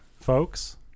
folks